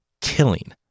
Killing